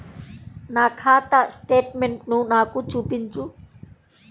నా ఖాతా స్టేట్మెంట్ను నాకు చూపించు